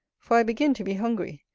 for i begin to be hungry,